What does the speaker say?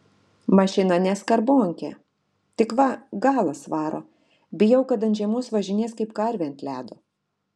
mašina ne skarbonkė tik va galas varo bijau kad ant žiemos važinės kaip karvė ant ledo